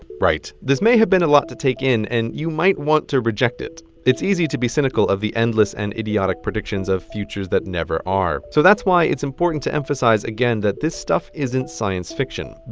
right this may have been a lot to take in, and you might want to reject it it's easy to be cynical of the endless and idiotic predictions of futures that never are. so that's why it's important to emphasize again that this stuff isn't science fiction.